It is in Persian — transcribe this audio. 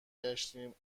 گشتیم